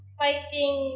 fighting